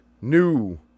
new